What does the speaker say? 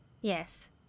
Yes